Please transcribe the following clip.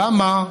למה,